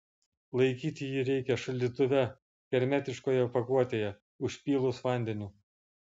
laikyti jį reikia šaldytuve hermetiškoje pakuotėje užpylus vandeniu